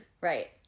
Right